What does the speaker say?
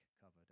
covered